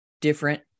different